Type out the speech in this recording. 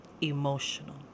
emotional